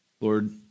Lord